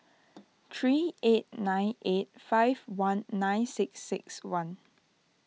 three eight nine eight five one nine six six one